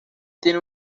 tiene